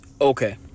Okay